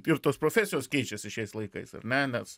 ir tos profesijos keičiasi šiais laikais ar ne nes